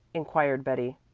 inquired betty.